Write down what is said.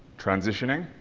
transitioning,